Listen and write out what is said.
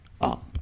up